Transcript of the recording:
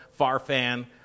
Farfan